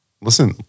Listen